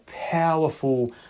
powerful